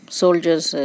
soldiers